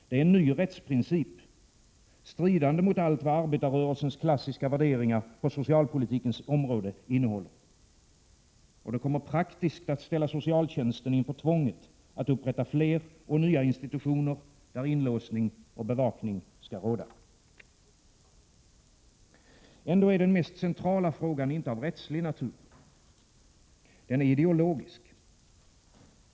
Det är en ny rättsprincip, stridande mot allt vad arbetarrörelsens klassiska värderingar på socialpolitikens område innehåller. Och det kommer praktiskt att ställa socialtjänsten inför tvånget att upprätta fler och nya institutioner, där inlåsning och bevakning skall råda. Ändå är den mest centrala frågan inte av rättslig natur. Den är ideologisk.